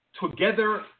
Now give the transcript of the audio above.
together